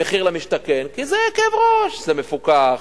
מחיר למשתכן, כי זה כאב ראש: זה מפוקח,